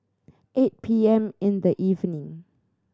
eight P M in the evening